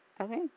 Okay